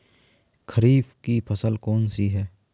खरीफ की फसल कौन सी है?